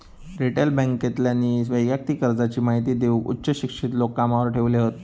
retail बॅन्केतल्यानी वैयक्तिक कर्जाची महिती देऊक उच्च शिक्षित लोक कामावर ठेवले हत